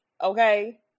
Okay